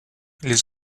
les